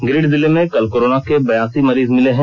गिरिडीह जिले में कल कोरोना के बयासी मरीज मिले हैं